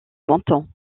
montant